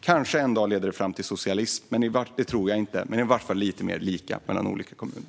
Kanske det en dag leder fram till socialism. Det tror inte jag, men det blir i vart fall lite mer lika mellan olika kommuner.